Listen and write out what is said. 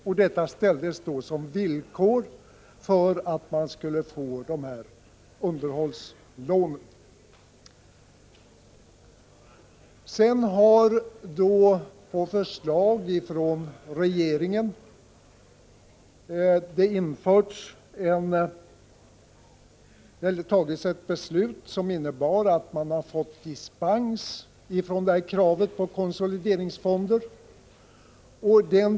På förslag av regeringen har riksdagen därefter fattat beslut om att de allmännyttiga bostadsföretagen skulle få dispens från kravet på att inrätta konsolideringsfonder.